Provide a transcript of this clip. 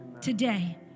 Today